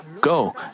Go